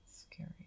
Scary